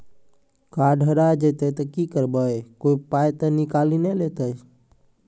Card हेरा जइतै तऽ की करवै, कोय पाय तऽ निकालि नै लेतै?